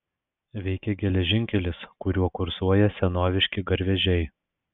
veikia geležinkelis kuriuo kursuoja senoviški garvežiai